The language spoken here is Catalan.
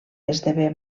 esdevé